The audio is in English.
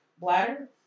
bladder